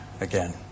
again